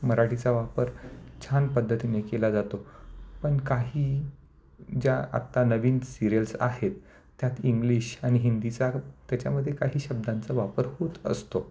मराठीचा वापर छान पद्धतीने केला जातो पण काही ज्या आत्ता नवीन सीरियल्स आहेत त्यात ईंग्लिश आणि हिंदीचा ग त्याच्यामध्ये काही शब्दांचा वापर होत असतो